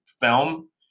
film